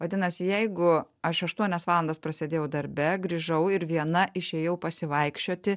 vadinasi jeigu aš aštuonias valandas prasėdėjau darbe grįžau ir viena išėjau pasivaikščioti